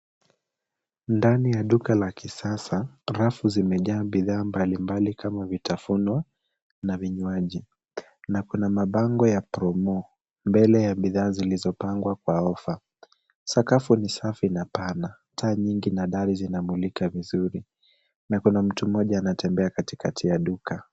Ndani ya duka la kisasa, rafu zimejaa bidhaa mbalimbali kama vitafunwa na vinywaji na kuna mabango ya promo mbele ya bidhaa zilizopangwa kwa offer . Sakafu ni safi na pana. Taa nyingi na dari zinamulika vizuri na kuna mtu mmoja anatembea katikati ya duka.